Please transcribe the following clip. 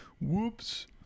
Whoops